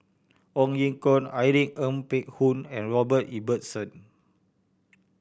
Ong Ye Kung Irene Ng Phek Hoong and Robert Ibbetson